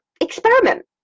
experiment